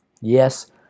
Yes